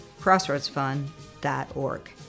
crossroadsfund.org